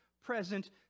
present